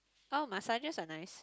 oh massages are nice